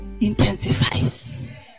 intensifies